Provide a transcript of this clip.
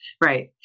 right